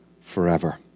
forever